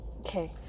Okay